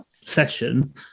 session